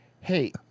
Hey